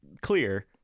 clear